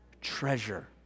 treasure